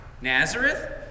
Nazareth